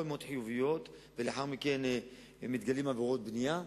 חיוביות ולאחר מכן מתגלות עבירות בנייה.